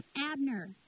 Abner